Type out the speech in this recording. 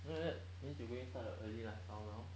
then like that means you way start the early lifestyle now